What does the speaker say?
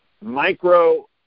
micro